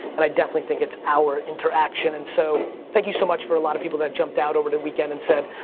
and i definitely think it's our interaction. and so thank you so much for a lot of people that jumped out over the weekend and said,